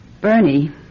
Bernie